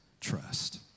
Trust